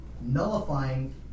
nullifying